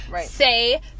Say